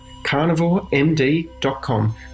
carnivoremd.com